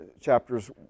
chapters